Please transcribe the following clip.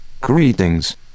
Greetings